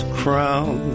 crown